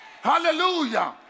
Hallelujah